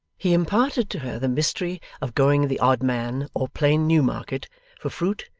he imparted to her the mystery of going the odd man or plain newmarket for fruit,